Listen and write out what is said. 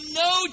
no